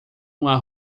uma